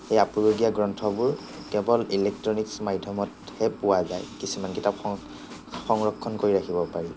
সেই আপুৰুগীয়া গ্ৰন্থবোৰ কেৱল ইলেকট্ৰনিকছ মাধ্য়মতহে পোৱা যায় কিছুমান কিতাপ সং সংৰক্ষণ কৰি ৰাখিব পাৰি